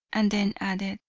and then added,